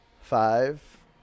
five